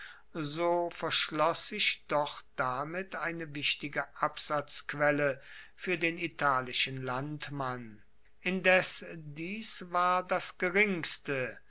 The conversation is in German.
so verschloss sich doch damit eine wichtige absatzquelle fuer den italischen landmann indes dies war das geringste